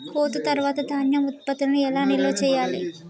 కోత తర్వాత ధాన్యం ఉత్పత్తులను ఎట్లా నిల్వ చేయాలి?